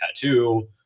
tattoo